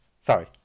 sorry